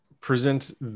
present